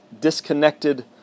disconnected